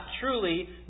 truly